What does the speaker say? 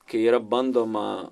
kai yra bandoma